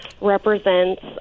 represents